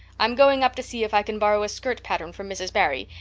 i'm going up to see if i can borrow a skirt pattern from mrs. barry,